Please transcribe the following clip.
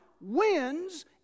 wins